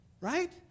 Right